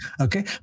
Okay